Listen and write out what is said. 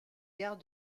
gare